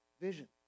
Vision